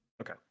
Okay